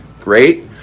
great